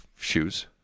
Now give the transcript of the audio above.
Shoes